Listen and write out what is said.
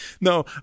No